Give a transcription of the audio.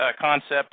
concept